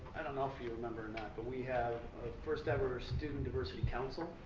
i don't know if you remember or not, but we have a first ever student diversity council,